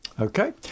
Okay